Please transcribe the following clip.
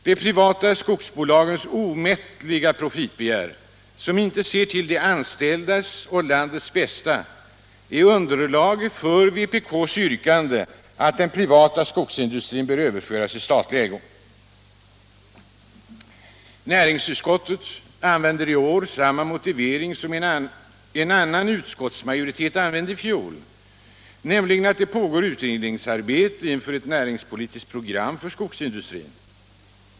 De privata skogsbolagens omättliga profitbegär, som inte ser till de anställda och landets bästa, är underlaget för vpk:s yrkande att den privata skogsindustrin bör överföras i statlig ägo. Näringsutskottet använder i år samma motivering som en annan utskotismajoritet använde i fjol, nämligen att det pågår utredningsarbete inför ett näringspolitiskt program för skogsindustrin.